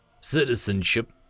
Citizenship